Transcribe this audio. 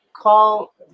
Call